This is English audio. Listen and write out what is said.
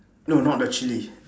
no not the chili